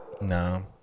No